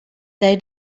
they